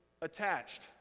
attached